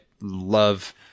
love